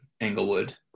englewood